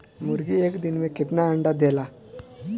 मुर्गी एक दिन मे कितना अंडा देला?